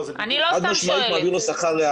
אני לא סתם שואלת.